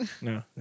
No